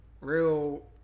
Real